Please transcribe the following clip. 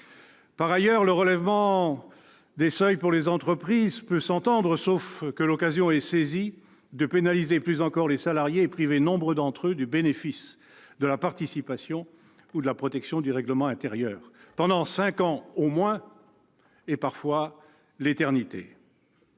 Par ailleurs, le relèvement des seuils pour les entreprises peut s'entendre, sauf que l'occasion est saisie de pénaliser plus encore les salariés et de priver nombre d'entre eux du bénéfice de la participation ou de la protection du règlement intérieur pendant cinq ans au moins, voire, parfois, pour l'éternité.